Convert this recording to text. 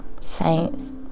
saints